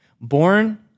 born